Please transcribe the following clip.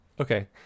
okay